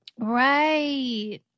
Right